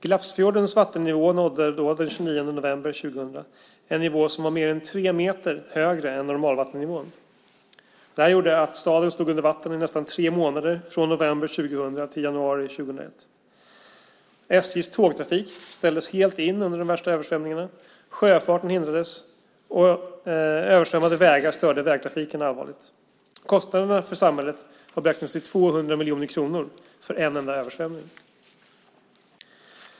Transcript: Glafsfjordens vattennivå nådde den 29 november 2000 en nivå som var mer än tre meter över normalvattennivån. Det gjorde att staden i nästan tre månader, från november 2000 till januari 2001, stod under vatten. SJ:s tågtrafik ställdes helt in under de värsta översvämningarna. Sjöfarten hindrades, och översvämmade vägar störde allvarligt vägtrafiken. Kostnaderna för samhället har beräknats till 200 miljoner kronor - för en enda översvämning!